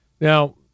Now